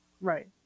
Right